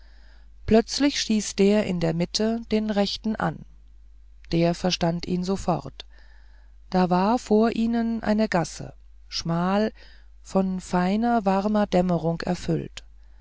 plötzlich stieß der in der mitte den rechten an der verstand ihn sofort da war vor ihnen eine gasse schmal von feiner warmer dämmerung erfüllt